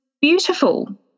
beautiful